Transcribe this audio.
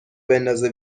بندازه